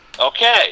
Okay